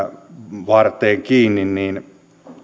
varteen kiinni